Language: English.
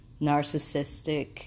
narcissistic